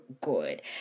good